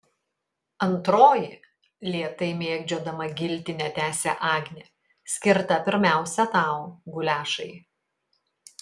antroji lėtai mėgdžiodama giltinę tęsia agnė skirta pirmiausia tau guliašai